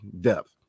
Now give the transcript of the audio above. depth